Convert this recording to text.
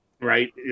right